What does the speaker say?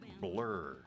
Blur